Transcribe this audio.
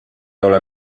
ole